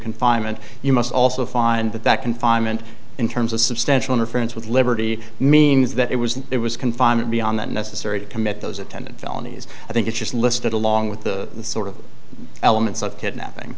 confinement you must also find that that confinement in terms of substantial interference with liberty means that it was it was confinement beyond that necessary to commit those attendant felonies i think it's just listed along with the sort of elements of kidnapping